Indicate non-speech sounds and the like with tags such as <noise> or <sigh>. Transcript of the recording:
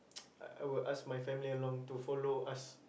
<noise> I I will ask my family along to follow us